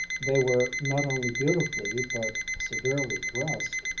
they were not only beautifully but severely dressed,